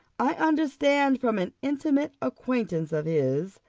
i understand from an intimate acquaintance of his,